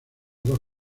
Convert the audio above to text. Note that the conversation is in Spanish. dos